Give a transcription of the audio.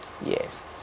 Yes